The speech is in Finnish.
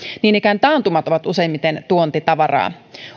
niin ikään taantumat ovat useimmiten tuontitavaraa